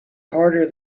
harder